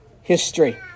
history